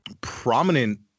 prominent